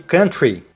Country